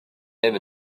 ever